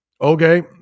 Okay